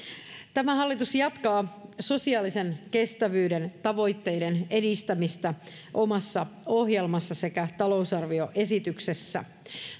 tämä hallitus jatkaa sosiaalisen kestävyyden tavoitteiden edistämistä omassa ohjelmassaan sekä talousarvioesityksessään